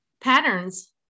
patterns